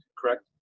correct